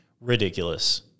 ridiculous